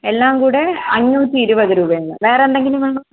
എല്ലാം കൂടെ അഞ്ഞൂറ്റിരുപത് രൂപയാണ് വേറെന്തെങ്കിലും വേണൊ